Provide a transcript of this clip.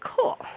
Cool